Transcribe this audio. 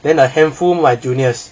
then a handful my juniors